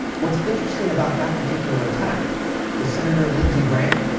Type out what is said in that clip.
what's interesting about that particular attack is senator lindsey graham,